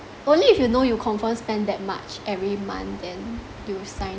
only if you know you confirm spend that much every month then you sign